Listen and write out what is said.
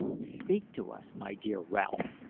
speak to us, my dear ralph!